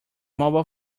mobile